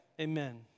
Amen